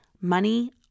money